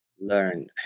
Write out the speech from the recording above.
learn